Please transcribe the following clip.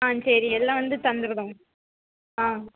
ஆ சரி எல்லாம் வந்து தந்துருறோம் ஆ